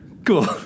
Cool